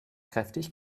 kräftig